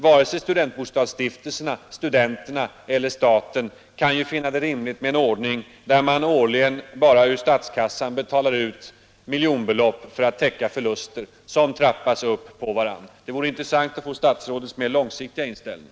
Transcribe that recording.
Varken studentbostadsstiftelserna eller studenterna eller staten kan ju finna det naturligt med en ordning där man årligen ur statskassan betalar ut miljonbelopp för att täcka förluster, som trappats upp på varandra. Det vore intressant att få besked om statsrådets mera långsiktiga inställning.